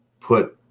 put